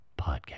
podcast